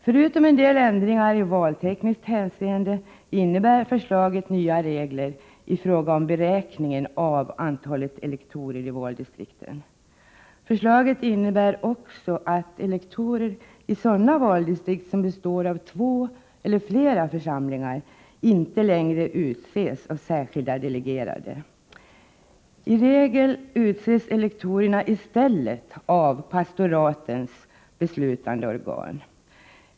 Förutom en del ändringar i valtekniskt hänseende innebär förslaget nya regler i fråga om beräkningen av antalet elektorer i valdistrikten. Förslaget innebär också att elektorer i sådana valdistrikt som består av två eller flera församlingar inte längre utses av särskilda delegerade. I regel utses elektorerna i stället av pastoratens beslutande organ.